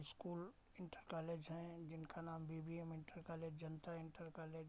school inter college हैं जिनका नाम B B M inter college Janata inter college